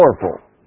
powerful